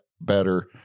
better